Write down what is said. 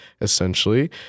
essentially